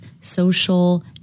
social